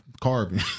carbon